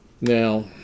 Now